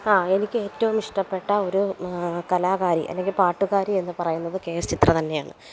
എനിക്ക് ഏറ്റവും ഇഷ്ടപ്പെട്ട ഒരു കലാകാരി അല്ലെങ്കിൽ പാട്ടുകാരി എന്ന് പറയുന്നത് കെ എസ് ചിത്ര തന്നെയാണ്